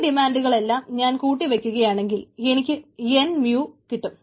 ഈ ഡിമാൻഡുകളെയെല്ലാം ഞാൻ കൂട്ടി വയ്ക്കുകയാണെങ്കിൽ എനിക്ക് മീൻ nമ്യൂ കിട്ടും